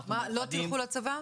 מה לא תלכו לצבא?